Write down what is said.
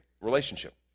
relationship